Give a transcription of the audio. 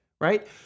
right